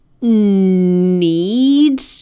need